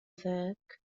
ذاك